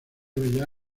bellas